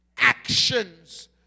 actions